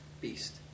beast